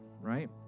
right